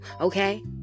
Okay